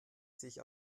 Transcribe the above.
sich